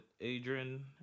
Adrian